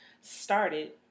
started